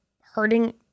hurting